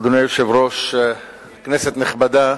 אדוני היושב-ראש, כנסת נכבדה,